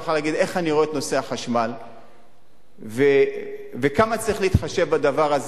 לומר איך אני רואה את נושא החשמל וכמה צריך להתחשב בדבר הזה.